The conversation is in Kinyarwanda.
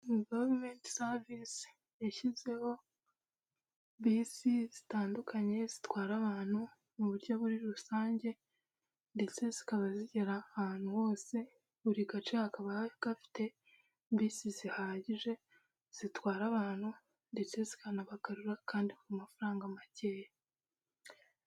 Guverinoma serivisi yashyizeho bisi zitandukanye zitwara abantu mu buryo buri rusange, ndetse zikaba zigera ahantu hose buri gace kakaba gafite bisi zihagije zitwara abantu ndetse zikanabagarura kandi ku mafaranga makeya.